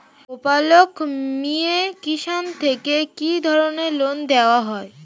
গোপালক মিয়ে কিষান থেকে কি ধরনের লোন দেওয়া হয়?